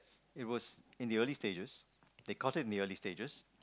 it was in the early stages they caught it in the early stages